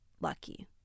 lucky